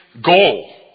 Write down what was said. goal